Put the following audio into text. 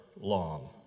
long